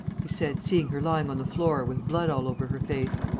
he said, seeing her lying on the floor, with blood all over her face.